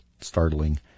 startling